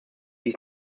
dies